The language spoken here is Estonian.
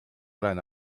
olen